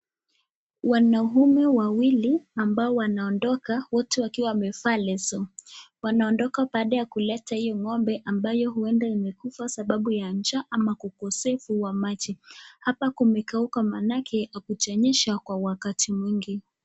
Wanaume wawili ambao wanaondoka wote wakiwa wamevaa leso, wanaondoka baada ya kuleta hiyo ng'ombe ambayo imekufa kwa sababu ya njaa au ukosefu wa maji. Hapa kumekauka manake hakujanyesha kwa wakati mwingi.